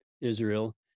Israel